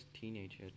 teenager